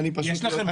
אני פשוט יוצא,